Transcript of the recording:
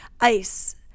Ice